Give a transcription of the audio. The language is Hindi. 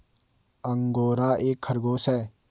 अंगोरा एक खरगोश है